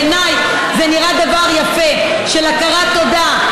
בעיניי זה נראה דבר יפה של הכרת תודה.